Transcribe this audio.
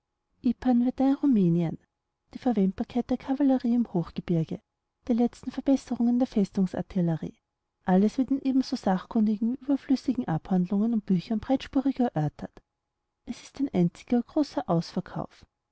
verdun rumänien die verwendbarkeit der kavallerie im hochgebirge die letzten verbesserungen der festungsartillerie alles wird in ebenso sachkundigen wie überflüssigen abhandlungen und büchern breitspurig erörtert es ist ein einziger großer ausverkauf